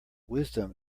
wisdom